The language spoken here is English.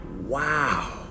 Wow